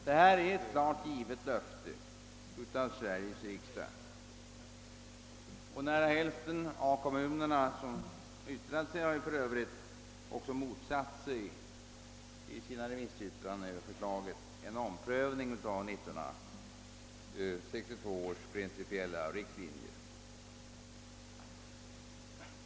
Detta är ett klart givet löfte av Sveriges riksdag, och nära hälften av kommunerna som har yttrat sig har ju för övrigt i sina remissyttranden över förslaget också motsatt sig en omprövning av 1962 års principiella riktlinjer.